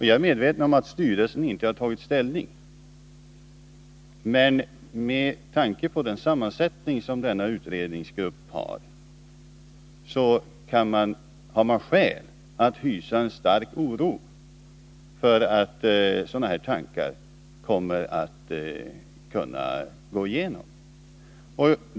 Jag är medveten om att styrelsen ännu inte har tagit ställning till den, men med tanke på den sammansättning som denna beredningsgrupp har finns det skäl att hysa en stark oro för att de tankar som förts fram kan komma att slå igenom.